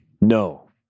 No